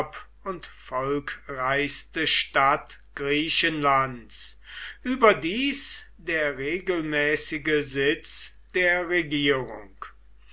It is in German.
und volkreichste stadt griechenlands überdies der regelmäßige sitz der regierung